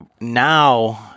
now